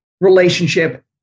relationship